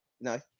No